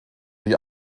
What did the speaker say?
die